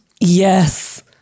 Yes